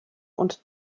und